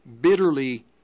bitterly